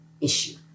issue